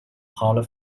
color